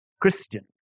Christian